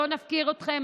לא נפקיר אתכם.